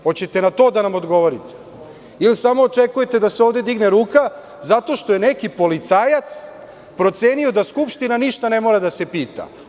Hoćete li na to da nam odgovorite ili samo očekujete da se ovde digne ruka zato što je neki policajac procenio da Skupština ništa ne mora da se pita?